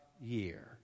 year